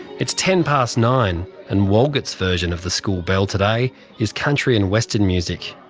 it's ten past nine and walgett's version of the school bell today is country and western music.